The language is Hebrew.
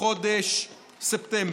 חודש ספטמבר.